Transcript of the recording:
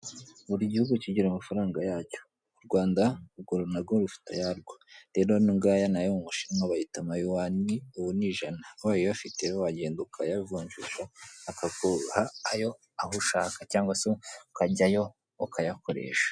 Buri gihugu kigira amafaranga yacyo u Rwanda narwo rufite ayarwo, rero ano ngaya n'ayo mu Bushinwa bayita amayuwani, ubu ni ijana ubaye uyafite wagenda ukayavunjisha bakaguha ayo ushaka cyangwa se ukajyayo ukayakoresha.